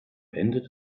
ende